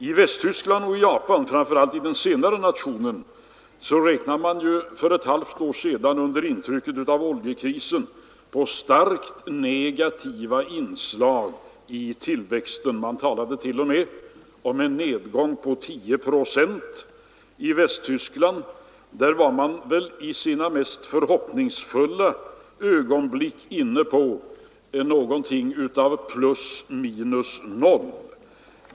I Västtyskland och i Japan — framför allt i den senare nationen — räknade man för ett halvt år sedan under intrycket av oljekrisen med starkt negativa inslag i tillväxten; man talade t.o.m. om en nedgång på 10 procent. I Västtyskland var man väl i sina mest förhoppningsfulla ögonblick inne på någonting av plus minus noll.